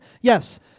Yes